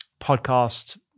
podcast